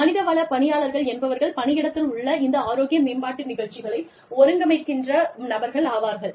மனித வள பணியாளர்கள் என்பவர்கள் பணியிடத்தில் உள்ள இந்த ஆரோக்கிய மேம்பாட்டு நிகழ்ச்சிகளை ஒருங்கமைக்கின்ற நபர்கள் ஆவார்கள்